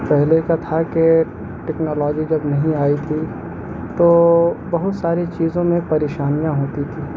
پہلے کا تھا کہ ٹیکنالوجی جب نہیں آئی تھی تو بہت ساری چیزوں میں پریشانیاں ہوتی تھیں